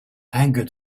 angered